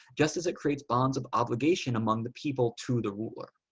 just as it creates bonds of obligation among the people to the ruler.